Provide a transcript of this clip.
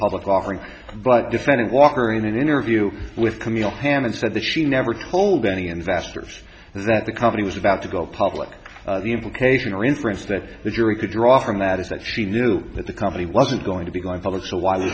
public offering but defended walker in an interview with camille hand and said that she never told any investors that the company was about to go public the implication or inference that the jury could draw from that is that she knew that the company wasn't going to be going public so why